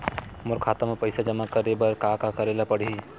मोर खाता म पईसा जमा करे बर का का करे ल पड़हि?